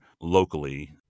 locally